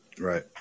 Right